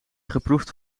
geproefd